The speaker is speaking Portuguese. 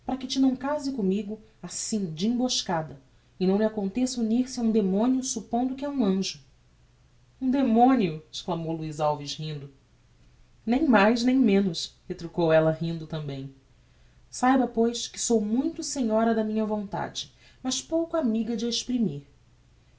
não case commigo assim de emboscada e não lhe aconteça unir-se a um demonio suppondo que é um anjo um demonio exclamou luiz alves rindo nem mais nem menos retrucou ella rindo tambem saiba pois que sou muito senhora da minha vontade mas pouco amiga de a exprimir